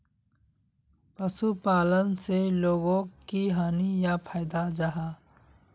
पशुपालन से लोगोक की हानि या फायदा जाहा?